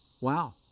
Wow